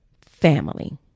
family